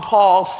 Paul